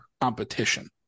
competition